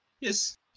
Yes